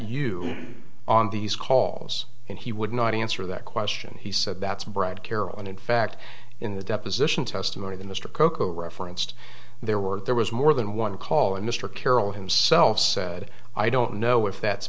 you on these calls and he would not answer that question he said that's brad carroll and in fact in the deposition testimony that mr coco referenced there were there was more than one call and mr carroll himself said i don't know if that's